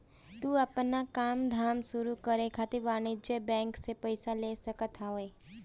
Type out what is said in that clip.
तू आपन काम धाम शुरू करे खातिर वाणिज्यिक बैंक से पईसा ले सकत हवअ